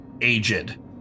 aged